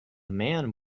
man